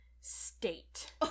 state